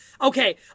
Okay